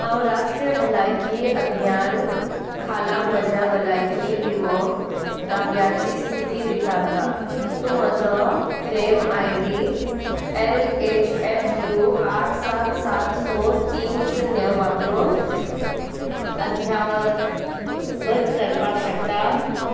हांव राष्ट्रीय भलायकी अभियान खाला म्हज्या भलायकी विमो दाव्याची स्थिती विचारता तूं म्हजो claim I D L H F U आठ सात सात स तीन शुन्य वापरून अध्यावत वत करपाक शकता